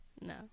No